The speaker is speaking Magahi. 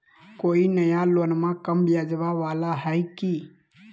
कोइ नया लोनमा कम ब्याजवा वाला हय की?